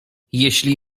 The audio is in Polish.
jeśli